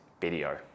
video